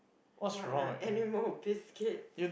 what ah animal biscuits